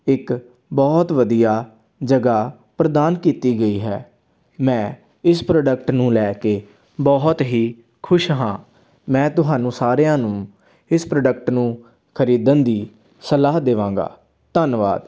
ਇੱਕ ਬਹੁਤ ਵਧੀਆ ਜਗ੍ਹਾ ਪ੍ਰਦਾਨ ਕੀਤੀ ਗਈ ਹੈ ਮੈਂ ਇਸ ਪ੍ਰੋਡਕਟ ਨੂੰ ਲੈ ਕੇ ਬਹੁਤ ਹੀ ਖੁਸ਼ ਹਾਂ ਮੈਂ ਤੁਹਾਨੂੰ ਸਾਰਿਆਂ ਨੂੰ ਇਸ ਪ੍ਰੋਡਕਟ ਨੂੰ ਖਰੀਦਣ ਦੀ ਸਲਾਹ ਦੇਵਾਂਗਾ ਧੰਨਵਾਦ